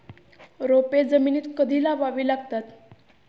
रोपे जमिनीत कधी लावावी लागतात?